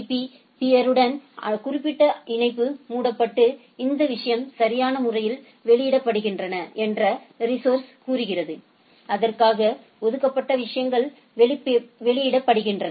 பீ பியருடனான குறிப்பிட்ட இணைப்பு மூடப்பட்டு அந்த விஷயங்கள் சரியான முறையில் வெளியிடப்படுகின்றன என்று ரிஸோஸர்ஸ் கூறுகிறது அதற்காக ஒதுக்கப்பட்ட விஷயங்கள் வெளியிடப்படுகின்றன